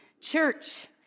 Church